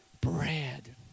bread